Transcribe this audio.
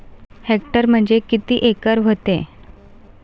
Hectare म्हणजे किती acre व्हते?